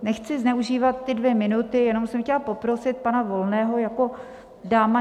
Nechci zneužívat ty dvě minuty, jenom jsem chtěla poprosit pana Volného jako dáma džentlmena.